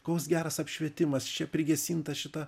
koks geras apšvietimas čia prigesinta šita